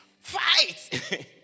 Fight